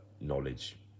knowledge